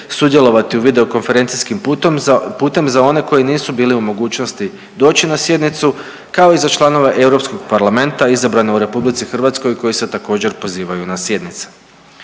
sudjelovati u videokonferencijskim putem za one koji nisu bili u mogućnosti doći na sjednicu kao i za članove Europskog parlamenta izabrane u RH koji se također pozivaju na sjednice.